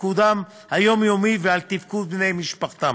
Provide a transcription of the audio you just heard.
תפקודם היומיומי ועל תפקוד בני משפחתם.